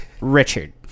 Richard